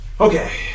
Okay